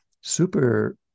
super